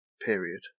period